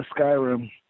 skyrim